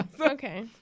Okay